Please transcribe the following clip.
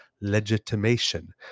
legitimation